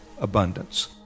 abundance